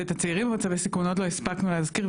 ואת הצעירים במצבי סיכון עוד לא הספקנו להזכיר,